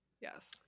yes